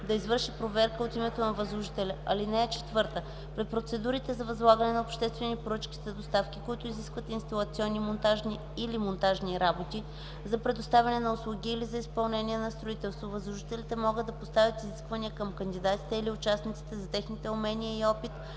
да извърши проверка от името на възложителя. (4) При процедурите за възлагане на обществени поръчки за доставки, които изискват инсталационни или монтажни работи, за предоставяне на услуги или за изпълнение на строителство, възложителите могат да поставят изисквания към кандидатите или участниците за техните умения и опит